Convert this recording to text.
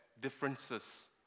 differences